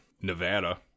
Nevada